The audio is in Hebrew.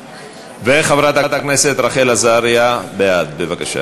בעד, ואת חברת הכנסת רחל עזריה, בעד, בבקשה.